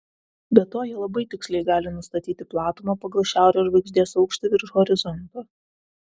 be to jie labai tiksliai gali nustatyti platumą pagal šiaurės žvaigždės aukštį virš horizonto